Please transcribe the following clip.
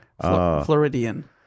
Floridian